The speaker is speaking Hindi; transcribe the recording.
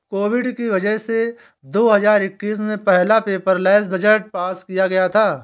कोविड की वजह से दो हजार इक्कीस में पहला पेपरलैस बजट पास किया गया था